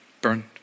burned